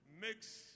makes